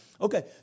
Okay